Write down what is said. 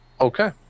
Okay